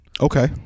Okay